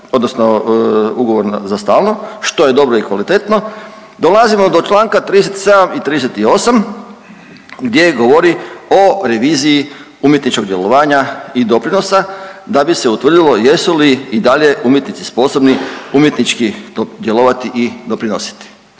odnosno ugovor za stalno, što je dobro i kvalitetno. Dolazimo do Članka 37. i 38. gdje govori o reviziji umjetničkog djelovanja i doprinosa da bi se utvrdilo jesu li i dalje umjetnici sposobni umjetnički djelovati i doprinositi.